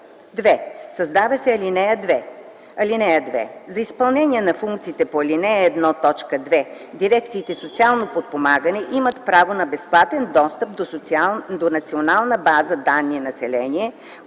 2. Създава се ал. 2: „(2) За изпълнение на функциите по ал. 1, т. 2 дирекциите „Социално подпомагане” имат право на безплатен достъп до Националната база данни „Население”,